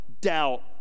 doubt